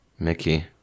Mickey